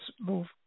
move